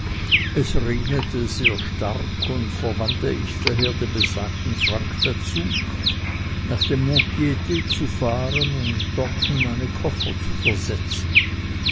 es regnete sehr stark und verwandte ich daher den besagten franc dazu nach dem mont pit zu fahren und dorten meine koffer zu versetzen